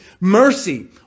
mercy